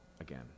again